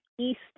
east